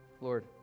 Lord